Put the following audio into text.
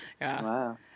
Wow